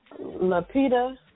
Lapita